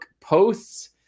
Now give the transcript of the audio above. posts